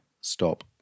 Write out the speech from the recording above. stop